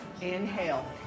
Inhale